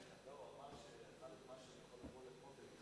הוא אמר שמשעל יכול לבוא ולהתחתן,